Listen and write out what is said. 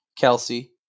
Kelsey